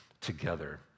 together